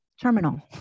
terminal